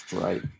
Right